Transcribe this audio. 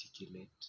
articulate